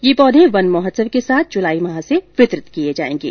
ये पौधे वन महोत्सव के साथ जुलाई माह से वितरित किए जाएंगे